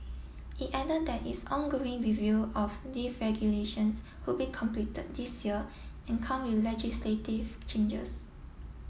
it added that its ongoing review of lift regulations would be completed this year and come with legislative changes